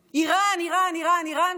איראן, איראן, איראן, איראן.